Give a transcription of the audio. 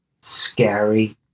scary